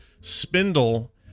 spindle